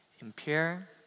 impure